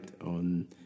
on